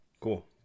Cool